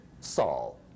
Saul